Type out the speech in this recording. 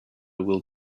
will